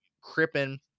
Crippen